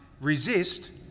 resist